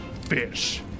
fish